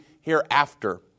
hereafter